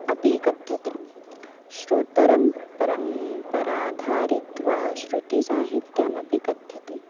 अपि कथ्यते श्रुतिपरम्पराधारितत्वात् श्रुतिसाहित्यमपि कथ्यते